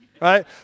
right